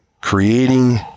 creating